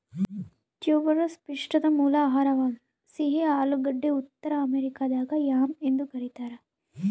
tuberous ಪಿಷ್ಟದ ಮೂಲ ಆಹಾರವಾಗಿದೆ ಸಿಹಿ ಆಲೂಗಡ್ಡೆ ಉತ್ತರ ಅಮೆರಿಕಾದಾಗ ಯಾಮ್ ಎಂದು ಕರೀತಾರ